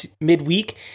midweek